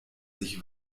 sich